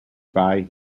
buy